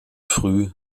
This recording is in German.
früh